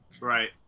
Right